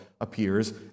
appears